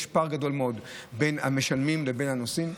יש פער גדול מאוד בין המשלמים לבין הנוסעים,